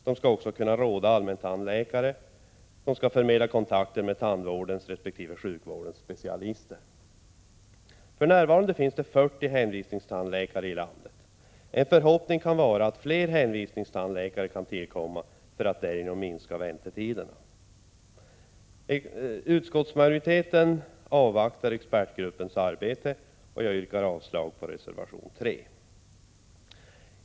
De skall kunna råda allmäntandläkare, och de skall förmedla kontakter med tandvårdens resp. sjukvårdens specialister. För närvarande finns 40 hänvisningstandläkare i landet. En förhoppning är att fler kan tillkomma för att man därigenom skall kunna minska väntetiderna. Utskottsmajoriteten avvaktar således expertgruppens arbete, och jag yrkar avslag på reservation 3.